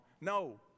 No